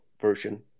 version